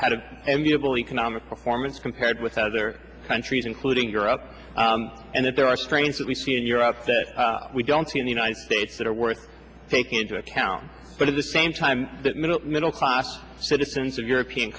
economic performance compared with other countries including europe and that there are strains that we see in europe that we don't see in the united states that are worth taking into account but at the same time that middle middle class citizens of european